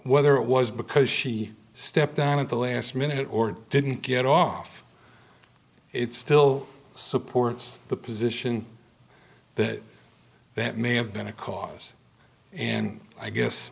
whether it was because she stepped down at the last minute or didn't get off it's still supports the position that that may have been a cause and i guess